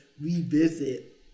revisit